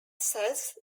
says